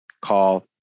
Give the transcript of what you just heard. call